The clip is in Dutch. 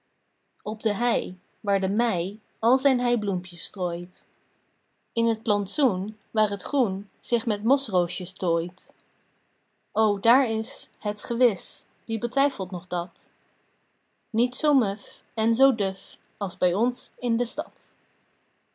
op de hei waar de mei al zijn heibloempjes strooit in t plantsoen waar het groen zich met mosroosjes tooit o daar is het gewis wie betwijfelt nog dat niet zoo muf en zoo duf als bij ons in de stad